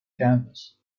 canvas